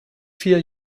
vier